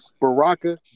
Baraka